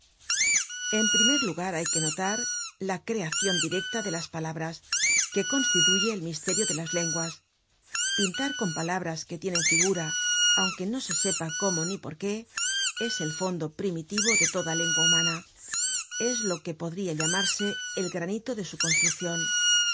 en primer lugar hay que notar la creacion directa de las palabras que constituye el misterio de las lenguas pintar con palabras que tienen figura aunque no se sepa cómo ni por qué es el fondo primitivo de toda lengua humana es lo que podria llamarse el granito de su construccion